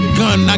gun